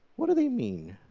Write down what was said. what do they mean?